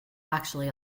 actually